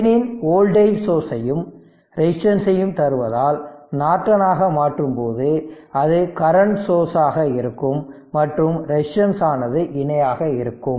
Thevenin voltage source ஐயும் resistance ஐயும் தருவதால் நார்ட்டனாக மாற்றும்போது அது கரண்ட் சோர்ஸ் ஆக இருக்கும் மற்றும் ரெசிஸ்டன்ஸ் ஆனது இணையாக இருக்கும்